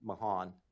Mahan